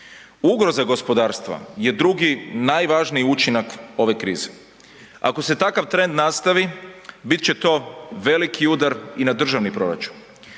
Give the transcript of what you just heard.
Ugroza gospodarstva je drugi najvažniji učinak ove krize. Ako se takav trend nastavi bit će to veliki udar i na državni proračun,